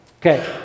Okay